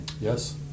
Yes